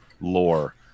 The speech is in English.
lore